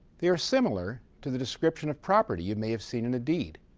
they are similar to the description of property you may have seen in a deed,